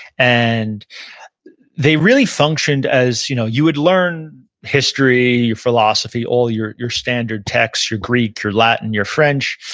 and they really functioned as you know you would learn history, your philosophy, all your your standard texts, your greek, your latin, your french,